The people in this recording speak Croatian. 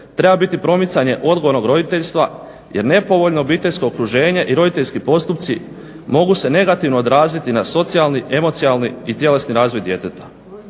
treba biti promicanje odgojnog roditeljstva jer nepovoljno obiteljsko okruženje i roditeljski postupci mogu se negativno odraziti na socijalni, emocionalni i tjelesni razvoj djeteta,